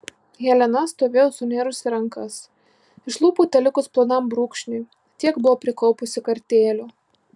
helena stovėjo sunėrusi rankas iš lūpų telikus plonam brūkšniui tiek buvo prikaupusi kartėlio